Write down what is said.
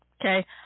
Okay